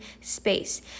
space